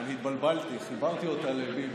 אני התבלבלתי, חיברתי אותה לביבי.